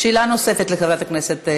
שאלה נוספת לחברת הכנסת.